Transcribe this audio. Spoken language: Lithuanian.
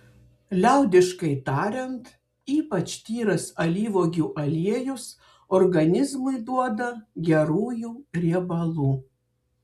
liaudiškai tariant ypač tyras alyvuogių aliejus organizmui duoda gerųjų riebalų